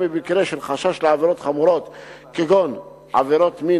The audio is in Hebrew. במקרה של חשש לעבירות חמורות כגון עבירות מין